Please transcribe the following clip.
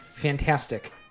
Fantastic